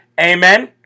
Amen